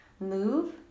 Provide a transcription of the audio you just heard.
move